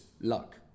luck